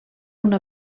una